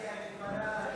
תודה רבה.